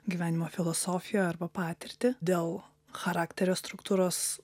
gyvenimo filosofiją arba patirtį dėl charakterio struktūros